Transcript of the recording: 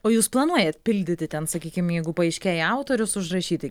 o jūs planuojat pildyti ten sakykim jeigu paaiškėja autorius užrašyti